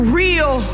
real